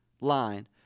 line